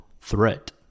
threat